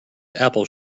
apple